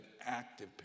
active